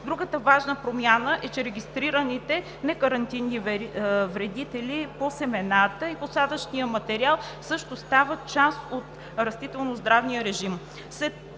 другата важна промяна е, че регистрираните некарантинни вредители по семената и посадъчния материал също стават част от растително-здравния режим.